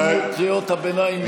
תמו קריאות הביניים,